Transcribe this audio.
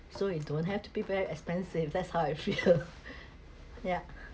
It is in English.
so it don't have to be very expensive that's how I feel yeah